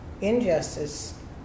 Injustice